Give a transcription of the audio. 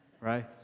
right